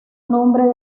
nombre